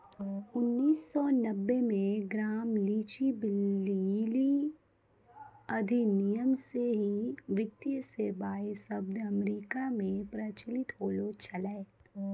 उन्नीस सौ नब्बे मे ग्राम लीच ब्लीली अधिनियम से ही वित्तीय सेबाएँ शब्द अमेरिका मे प्रचलित होलो छलै